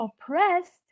oppressed